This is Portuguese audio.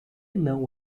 não